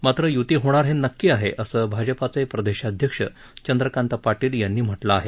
मात्र युती होणार हे नक्की आहे असं भाजपाचे प्रदेशाध्यक्ष चंद्रकांत पाटील यांनी म्हटलं आहे